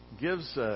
gives